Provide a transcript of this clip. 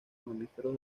mamíferos